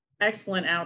excellent